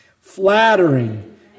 flattering